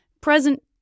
present